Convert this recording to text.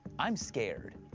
i'm scared.